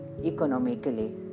economically